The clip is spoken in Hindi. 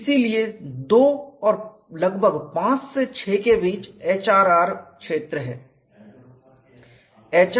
इसीलिए 2 और लगभग 5 से 6 के बीच HRR क्षेत्र है